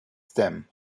them